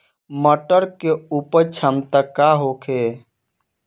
मटर के उपज क्षमता का होखे?